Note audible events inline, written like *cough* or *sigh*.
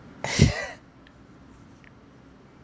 *laughs*